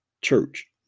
church